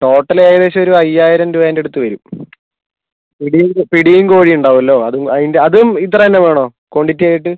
total ഏകദേശം ഒരു അയ്യായിരം രൂപേൻ്റെ അടുത്ത് വരും പിടി പിടിയും കോഴിയും ഉണ്ടാകുമല്ലൊ അതും അതിന്റെയും അതും ഇത്ര തന്നെ വേണൊ ക്വാണ്ടിറ്റി ആയിട്ട്